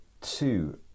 two